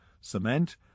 cement